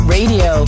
Radio